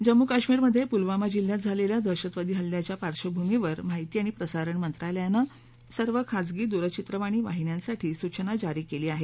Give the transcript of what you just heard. जम्मू कश्मीरमधे पुलवामा जिल्ह्यात झालेल्या दहशतवादी हल्ल्याच्या पार्श्वभूमीवर माहिती आणि प्रसारण मंत्रालयानं सर्व खाजगी दूरचित्रवाणी वाहिन्यांसाठी सूचना जारी केली आहे